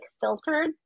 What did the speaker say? filtered